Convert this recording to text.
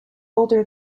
older